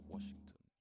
Washington